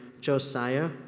Josiah